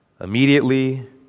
immediately